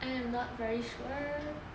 I'm not very sure